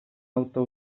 auto